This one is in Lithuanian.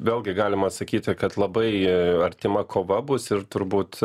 vėlgi galima sakyti kad labai artima kova bus ir turbūt